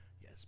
Yes